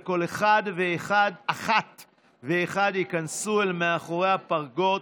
וכל אחת ואחד ייכנסו אל מאחורי הפרגוד,